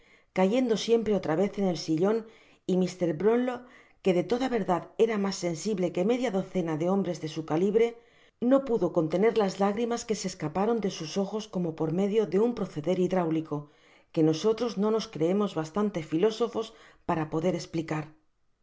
cayendo siempre otra vez en el sillon y mr brownlow que de toda verdad era mas sensible qae media docena de hombres de su calibre no pudo contener las lágrimas que se escaparon de sus ojos como por medio de na proceder hidráulico que nosotros no nos creemos bastante filósofos para poder esplicar